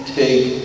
take